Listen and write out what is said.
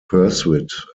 pursuit